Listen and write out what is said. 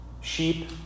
Sheep